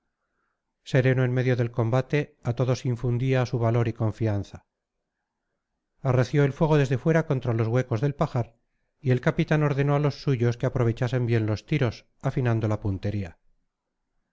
sereno en medio del combate a todos infundía su valor y confianza arreció el fuego desde fuera contra los huecos del pajar y el capitán ordenó a los suyos que aprovechasen bien los tiros afinando la puntería